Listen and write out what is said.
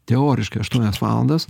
teoriškai aštuonias valandas